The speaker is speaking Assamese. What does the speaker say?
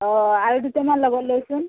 অ' আৰু দুটামান লগত লচোন